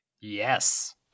Yes